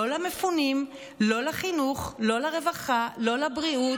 לא למפונים, לא לחינוך, לא לרווחה, לא לבריאות,